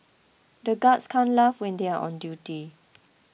the guards can't laugh when they are on duty